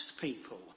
people